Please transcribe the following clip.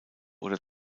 oder